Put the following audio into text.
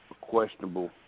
questionable